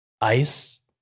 ice